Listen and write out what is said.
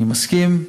אני מסכים,